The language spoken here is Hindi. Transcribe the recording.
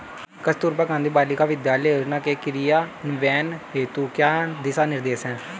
कस्तूरबा गांधी बालिका विद्यालय योजना के क्रियान्वयन हेतु क्या दिशा निर्देश हैं?